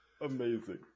amazing